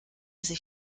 sich